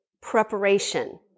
preparation